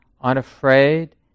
unafraid